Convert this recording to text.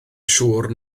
siŵr